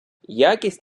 якість